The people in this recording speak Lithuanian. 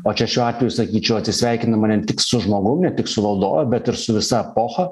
o čia šiuo atveju sakyčiau atsisveikinama ne tik su žmogum ne tik su valdove bet ir su visa epocha